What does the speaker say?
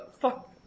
Fuck